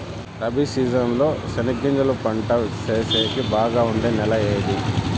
Rabi season లో చెనగగింజలు పంట సేసేకి బాగా ఉండే నెల ఏది?